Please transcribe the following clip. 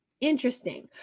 interesting